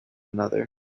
another